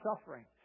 suffering